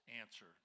answer